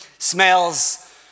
smells